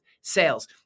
sales